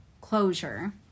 closure